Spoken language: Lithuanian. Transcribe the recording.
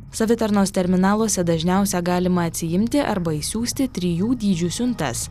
savitarnos terminaluose dažniausia galima atsiimti arba išsiųsti trijų dydžių siuntas